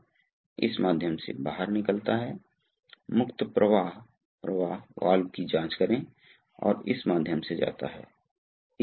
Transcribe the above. इसलिए अचानक यदि दबाव बढ़ जाता है तो यह उस बल द्वारा ऊपर धकेल दिया जाएगा और स्वाभाविक रूप से यह खुल जाएगा और तरल पदार्थ टैंक के लिए निकल जाएगा यह टैंक है